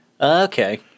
Okay